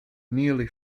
nearly